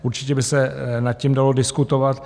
Určitě by se nad tím dalo diskutovat.